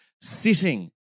sitting